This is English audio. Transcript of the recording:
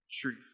truth